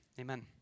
amen